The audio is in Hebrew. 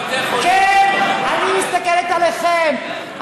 אני מסתכלת עליכם,